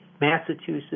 Massachusetts